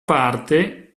parte